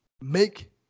make